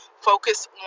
focus